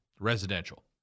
residential